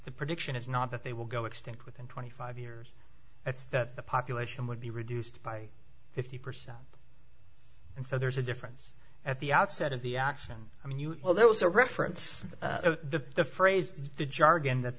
the prediction it's not that they will go extinct within twenty five years it's that the population would be reduced by fifty percent and so there's a difference at the outset of the action i mean you well there was a reference to the phrase the jargon that